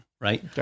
right